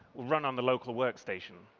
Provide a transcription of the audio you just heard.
run on the local workstation.